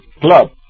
club